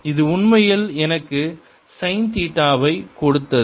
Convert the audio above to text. இது உண்மையில் எனக்கு சைன் தீட்டாவைக் கொடுத்தது